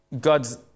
God's